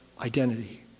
identity